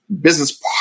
business